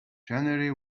january